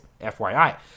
FYI